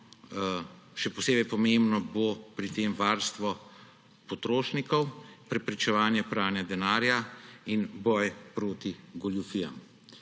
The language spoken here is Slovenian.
še posebej pomembni bodo pri tem varstvo potrošnikov, preprečevanje pranja denarja in boj proti goljufijam.